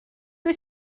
wyt